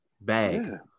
Bag